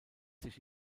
sich